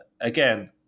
again